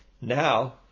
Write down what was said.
Now